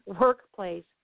workplace